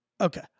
okay